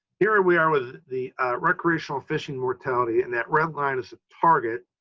here we are with the recreational fishing mortality and that red line is the target.